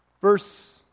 Verse